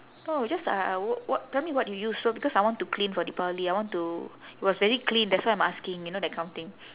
oh just I I w~ what tell me what you use so because I want to clean for deepavali I want to it was very clean that's why I'm asking you know that kind of thing